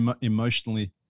emotionally